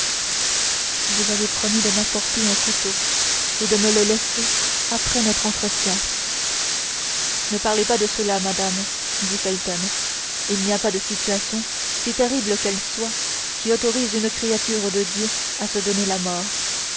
vous avez promis de m'apporter un couteau et de me le laisser après notre entretien ne parlez pas de cela madame dit felton il n'y a pas de situation si terrible qu'elle soit qui autorise une créature de dieu à se donner la mort